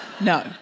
No